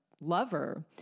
lover